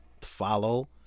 Follow